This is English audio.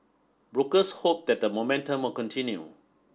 brokers hope that the momentum will continue